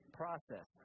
process